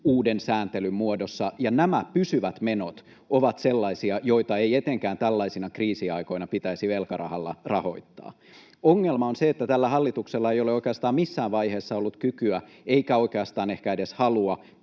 uuden sääntelyn, muodossa, ja nämä pysyvät menot ovat sellaisia, joita ei etenkään tällaisina kriisiaikoina pitäisi velkarahalla rahoittaa. Ongelma on se, että tällä hallituksella ei ole oikeastaan missään vaiheessa ollut kykyä eikä oikeastaan ehkä edes halua